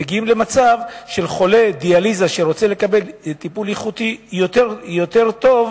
מגיעים למצב שחולה דיאליזה שרוצה לקבל טיפול איכותי ויותר טוב,